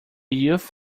youth